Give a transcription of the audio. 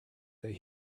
that